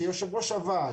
כיו"ר הוועד,